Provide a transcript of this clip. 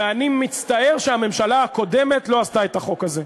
ואני מצטער שהממשלה הקודמת לא עשתה את החוק הזה.